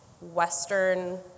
western